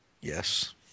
Yes